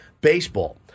baseball